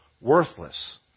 worthless